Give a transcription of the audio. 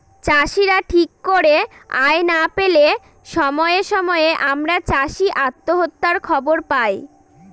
চাষীরা ঠিক করে আয় না পেলে সময়ে সময়ে আমরা চাষী আত্মহত্যার খবর পায়